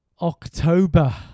October